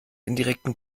indirekten